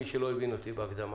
מי שלא הבין אותי בפתיח.